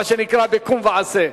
מה שנקרא ב"קום ועשה",